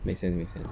make sense make sense